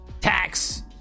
tax